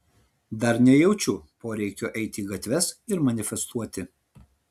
dar nejaučiu poreikio eiti į gatves ir manifestuoti